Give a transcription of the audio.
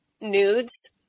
nudes